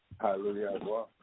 Hallelujah